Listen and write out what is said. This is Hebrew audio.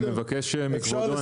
אני מבקש מכבודו,